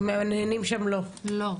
הם מהנהנים שם לא.